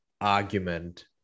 argument